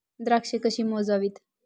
द्राक्षे कशी मोजावीत?